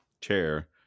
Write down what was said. chair